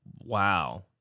Wow